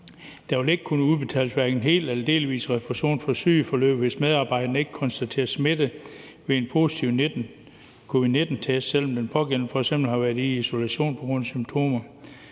»Der vil ikke kunne ud-betales hverken hel eller delvis refusion for sygeforløbet, hvis medarbejderen ikke konstateres smittet ved en positiv covid-19-test, selvom den pågældende f.eks. har været i isolation på grund af symptomer.